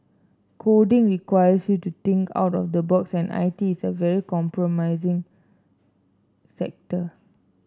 coding requires you to think out of the box and I T is a very compromising sector